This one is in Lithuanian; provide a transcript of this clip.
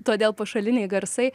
todėl pašaliniai garsai